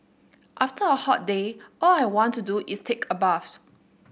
after a hot day all I want to do is take a bath